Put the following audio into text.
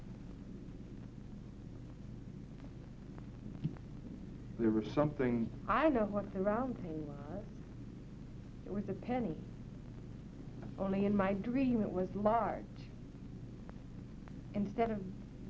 some